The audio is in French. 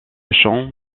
champ